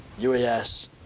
UAS